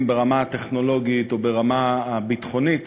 ברמה הטכנולוגית או ברמה הביטחונית